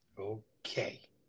okay